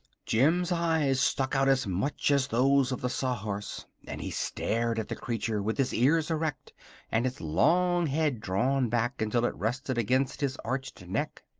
jim's eyes stuck out as much as those of the sawhorse, and he stared at the creature with his ears erect and his long head drawn back until it rested against his arched neck.